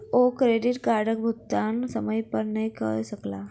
ओ credit कार्डक भुगतान समय पर नै कय सकला